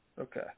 Okay